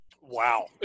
wow